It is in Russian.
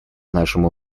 нашему